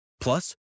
Plus